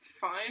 fine